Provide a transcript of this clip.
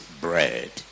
bread